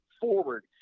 forward